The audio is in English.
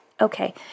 okay